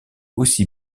aussi